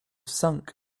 sunk